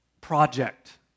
project